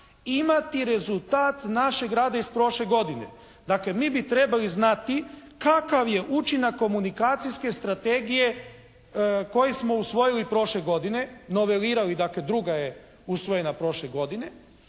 imati rezultat našeg rada iz prošle godine. Dakle mi bi trebali znati kakav je učinak Komunikacijske strategije koji smo usvojili prošle godine, novelirali dakle druga je usvojena prošle godine